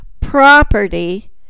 property